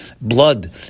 blood